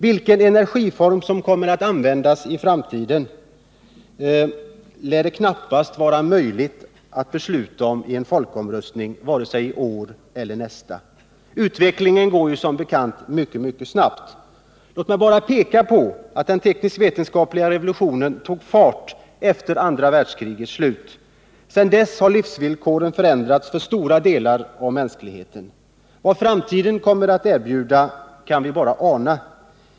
Vilken energiform som kommer att användas i framtiden lär det knappast vara möjligt att besluta om i en folkomröstning vare sig iår eller nästa år. Utvecklingen går ju som bekant mycket snabbt. Låt mig bara peka på att den teknisk-vetenskapliga revolutionen tog fart efter andra världskrigets slut. Sedan dess har livsvillkoren förändrats för stora delar av mänskligheten. Vad framtiden kommer att erbjuda kan vi bara ana.